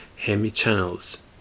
hemichannels